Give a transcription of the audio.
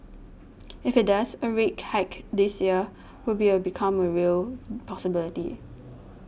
if it does a rake hike this year will be a become a real possibility